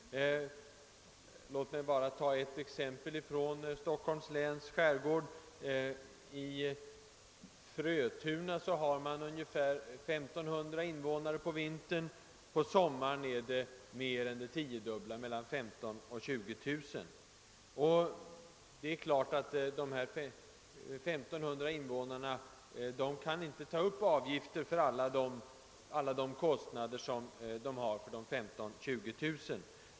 Låt mig bara ta ett exempel från Stockholms skärgård. I Frötuna har man ungefär 1500 invånare på vintern och på sommaren mer än tio gånger så mycket — mellan 15000 och 20 000. Kommunen kan naturligtvis inte ta upp avgifter för alla de kostnader som den har för dessa 15 000—20 000 människor.